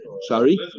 sorry